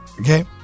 Okay